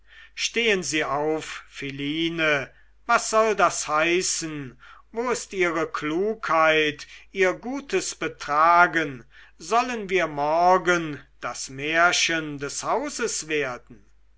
stehen sie auf philine was soll das heißen wo ist ihre klugheit ihr gutes betragen sollen wir morgen das märchen des hauses werden